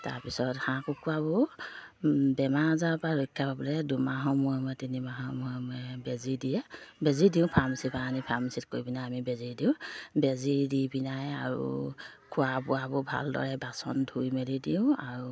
তাৰপিছত হাঁহ কুকুৰাবোৰ বেমাৰ আজাৰৰ পৰা ৰক্ষা পাবলৈ দুমাহৰ মূৰে মূৰে তিনি মাহৰ মূৰে মূৰে বেজী দিয়ে বেজী দিওঁ ফাৰ্মাচী পৰা আনি ফাৰ্মাচীত কৈ পিনে আমি বেজী দিওঁ বেজী দি পিনে আৰু খোৱা বোৱাবোৰ ভালদৰে বাচন ধুই মেলি দিওঁ আৰু